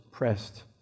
pressed